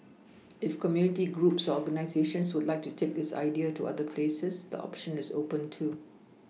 if community groups or organisations would like to take this idea to other places the option is open too